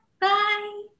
Bye